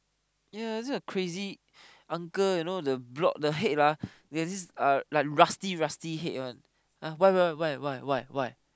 yea this kind of crazy uncle you know the block the head lah there's this like rusty rusty head one like ah why why why why why why why